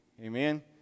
Amen